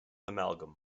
amalgam